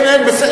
אני אסתדר.